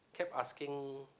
kept asking